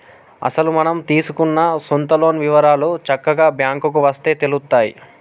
అసలు మనం తీసుకున్న సొంత లోన్ వివరాలు చక్కగా బ్యాంకుకు వస్తే తెలుత్తాయి